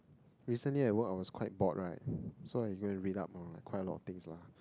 recently at work I was quite bored right so I go and read up on quite a lot of things lah